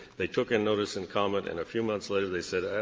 they took in notice and comment, and a few months later they said, oh,